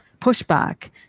pushback